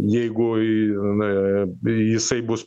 jeigu į na bei jisai bus